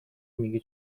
میگه